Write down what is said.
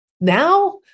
now